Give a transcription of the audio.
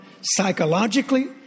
psychologically